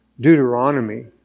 Deuteronomy